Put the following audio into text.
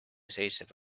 seisneb